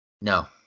No